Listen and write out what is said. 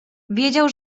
wiedział